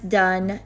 done